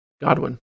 Godwin